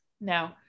no